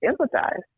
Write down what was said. empathize